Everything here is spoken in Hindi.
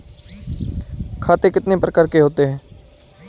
खाते कितने प्रकार के होते हैं?